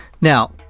Now